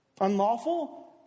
Unlawful